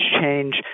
change